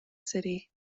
city